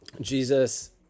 Jesus